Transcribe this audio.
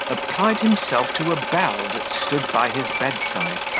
applied himself to a bell that stood by his bedside,